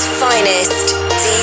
finest